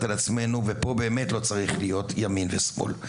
ופה באמת לא צריך להיות ימין ושמאל,